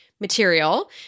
material